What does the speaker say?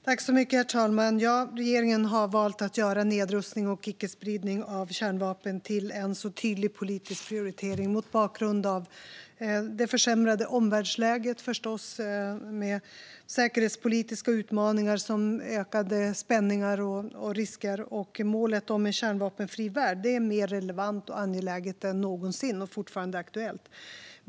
Herr talman! Ja, regeringen har valt att göra nedrustning och icke-spridning av kärnvapen till en tydlig politisk prioritering mot bakgrund av det försämrade omvärldsläget med säkerhetspolitiska utmaningar som ökade spänningar och risker. Målet om en kärnvapenfri värld är mer relevant och angeläget än någonsin och fortfarande aktuellt.